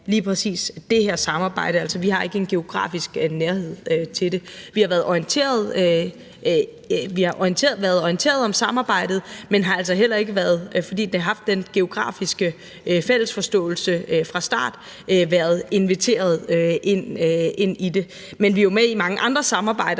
lige præcis dette samarbejde. Altså, vi har ikke en geografisk nærhed til det. Vi har været orienteret om samarbejdet, men har altså heller ikke været – fordi det har haft den geografiske fælles forståelse fra start – inviteret med til det, men vi er jo med i mange andre samarbejder,